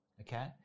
okay